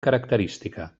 característica